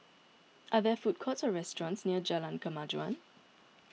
are there food courts or restaurants near Jalan Kemajuan